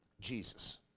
Jesus